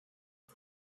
but